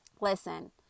Listen